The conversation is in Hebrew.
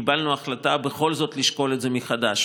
קיבלנו החלטה בכל זאת לשקול את זה מחדש,